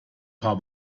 paar